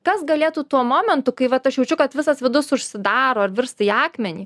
kas galėtų tuo momentu kai vat aš jaučiu kad visas vidus užsidaro ar virsta į akmenį